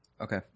Okay